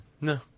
No